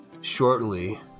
shortly